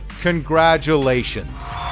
Congratulations